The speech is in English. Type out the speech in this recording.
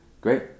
Great